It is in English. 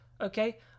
Okay